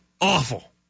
awful